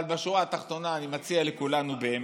אבל בשורה התחתונה, אני מציע לכולנו, באמת,